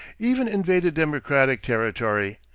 even invaded democratic territory,